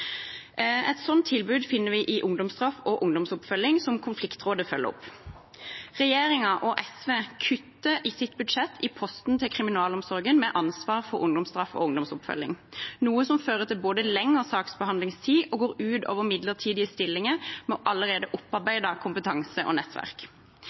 Et sånt tilbud finner vi i ungdomsstraff og ungdomsoppfølging, som konfliktrådet følger opp. Regjeringen og SV kutter i sitt budsjett i posten til kriminalomsorgen med ansvar for ungdomsstraff og ungdomsoppfølging, noe som både fører til lengre saksbehandlingstid og går ut over midlertidige stillinger med allerede